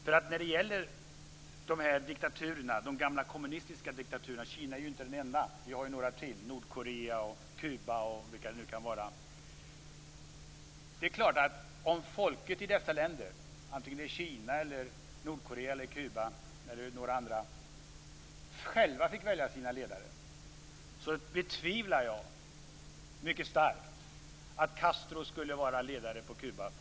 Kina är ju inte den enda, utan vi har några till: Nordkorea, Kuba och vilka det nu kan vara - självt fick välja sina ledare betvivlar jag mycket starkt att t.ex. Castro fortfarande skulle vara ledare på Kuba i dag.